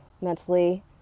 mentally